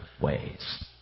ways